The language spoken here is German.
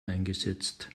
eingesetzt